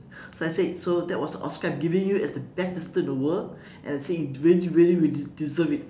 so I said so that was the oscar I'm giving you as the best sister in the world and I said you really really really deserve it